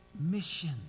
mission